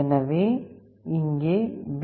எனவே இங்கே வி